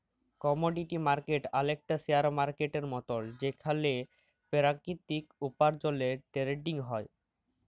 commodity market অলেকটা share মার্কেটের মতল যেখালে পেরাকিতিক উপার্জলের টেরেডিং হ্যয়